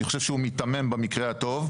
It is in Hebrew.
אני חושב שהוא מיתמם במקרה הטוב.